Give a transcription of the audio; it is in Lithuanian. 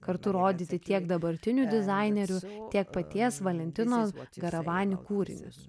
kartu rodyti tiek dabartinių dizainerių tiek paties valentinos garavani kūrinius